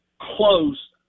close